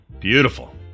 Beautiful